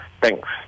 Thanks